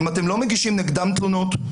אם אתם לא מגישים נגדם תלונות,